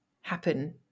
happen